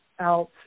out